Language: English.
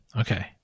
Okay